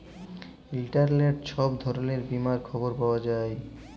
ইলটারলেটে ছব ধরলের বীমার খবর পাউয়া যায়